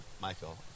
Michael